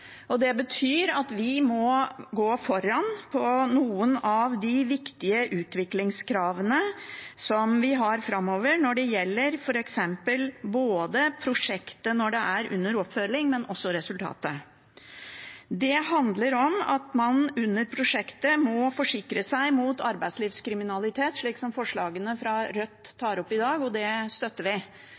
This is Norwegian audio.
forsamling. Det betyr at vi må gå foran med tanke på noen av de viktige utviklingskravene som vi har framover. Det gjelder f.eks. prosjektet når det er under oppfølging, og det gjelder resultatet. Det handler om at man i løpet av prosjektet må forsikre seg mot arbeidslivskriminalitet, slik som Rødt tar opp i forslagene sine dag, og det støtter vi.